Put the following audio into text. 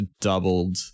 doubled